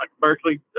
Berkeley